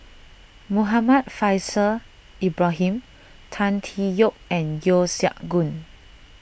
Muhammad Faishal Ibrahim Tan Tee Yoke and Yeo Siak Goon